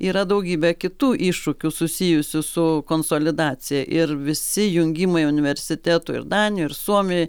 yra daugybė kitų iššūkių susijusių su konsolidacija ir visi jungimai universitetų ir danijoj ir suomijoj